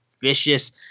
vicious